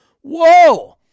Whoa